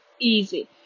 easy